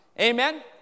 Amen